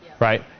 Right